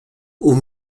aux